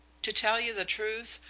to tell you the truth,